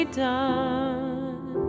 done